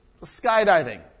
skydiving